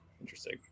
Interesting